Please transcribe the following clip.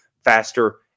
faster